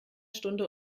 stunde